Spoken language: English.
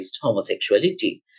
homosexuality